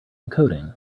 encoding